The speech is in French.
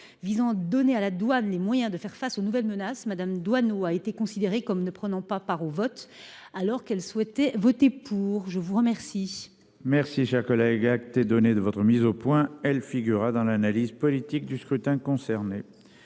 visant, donner à la douane, les moyens de faire face aux nouvelles menaces Madame Doineau a été considérée comme ne prenant pas part au vote, alors qu'elles souhaitaient voter pour. Je vous remercie. Merci, cher collègue, acte et donner de votre mise au point, elle figurera dans l'analyse politique du scrutin concernés.